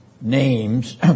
names